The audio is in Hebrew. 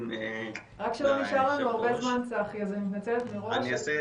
לא נשאר לנו הרבה זמן, צחי, אני מתנצלת מראש.